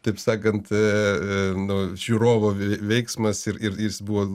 taip sakant nu žiūrovo veiksmas ir jis buvo